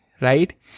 right